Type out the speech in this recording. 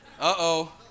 Uh-oh